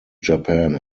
japan